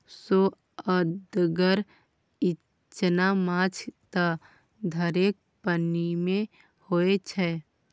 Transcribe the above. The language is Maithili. सोअदगर इचना माछ त धारेक पानिमे होए छै